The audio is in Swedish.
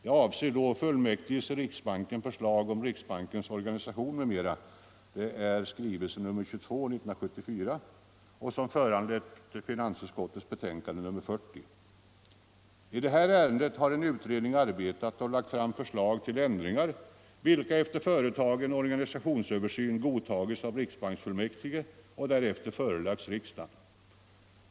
Jag avser framställningen 1974:22 från fullmäktige i riksbanken med förslag om riksbankens organisation m.m., som föranlett finansutskottets betänkande nr 40. I detta ärende har en utredning arbetat och framlagt förslag till ändringar vilka efter företagen organisationsöversyn godtagits av riksbanksfullmäktige och därefter förelagts riksdagen.